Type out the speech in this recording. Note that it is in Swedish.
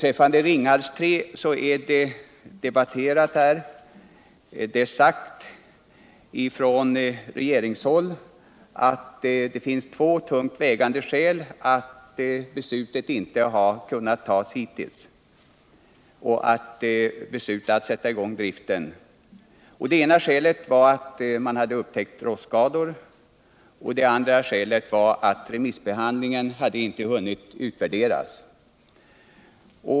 Ringhals 3 har här debatterats. Det har från regeringshåll sagts att det finns två lungt vägande skäl för att beslutet alt sätta i gäng driften hittills inte har kunnat tas. Det ena skälet var att man hade upptäckt risken för rostskador på vissa generatorer. Det andra var att remissbehandlingen inte hade hunnit utvärderas.